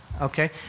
okay